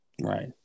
Right